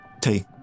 take